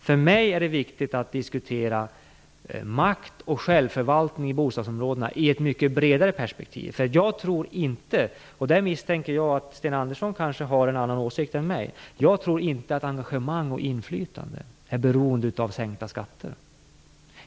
För mig är det viktigt att diskutera makt och självförvaltning i bostadsområdena i ett mycket bredare perspektiv. Jag tror nämligen inte - jag misstänker att Sten Andersson kanske har en annan åsikt - att engagemang och inflytande är beroende av sänkta skatter.